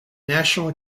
national